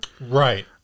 right